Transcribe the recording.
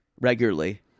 regularly